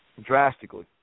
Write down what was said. drastically